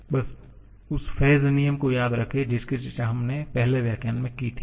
बस उस फेज़ नियम को याद रखें जिसकी चर्चा हमने पहले व्याख्यान में की थी